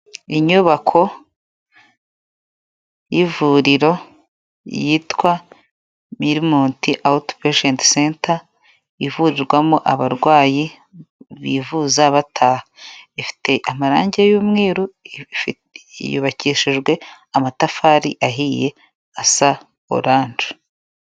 Inyubako y'ivuriro yitwa "Mirmont Outpatient Center", ivurirwamo abarwayi bivuza bataha, ifite amarangi y'umweru, yubakishijwe amatafari ahiye asa oranje.